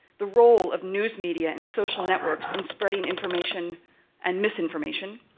the role of news media and social networks in spreading information and misinformation,